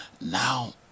Now